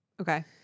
Okay